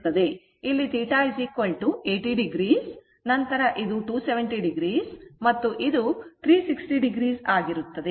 ಇಲ್ಲಿ θ 80o ನಂತರ ಇದು 270o ಮತ್ತು ಇದು 360o ಆಗಿರುತ್ತದೆ